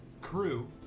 crew